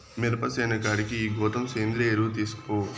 మిరప సేను కాడికి ఈ గోతం సేంద్రియ ఎరువు తీస్కపో